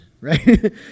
right